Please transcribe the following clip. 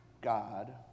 God